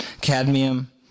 Cadmium